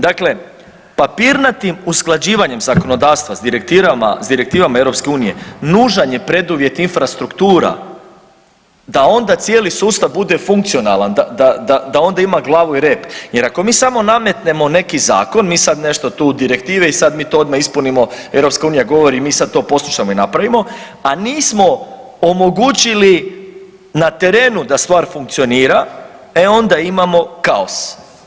Dakle papirnatim usklađivanjem zakonodavstva s direktivama EU nužan je preduvjet infrastruktura da ona cijeli sustav bude funkcionalan, da onda ima glavu i rep jer ako mi samo nametnemo neki zakon, mi sad nešto tu direktive i sad mi to odmah ispunimo, EU govori mi sad to poslušamo i napravimo, a nismo omogućili na terenu da stvar funkcionira, e onda imamo kaos.